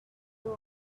dawn